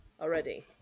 already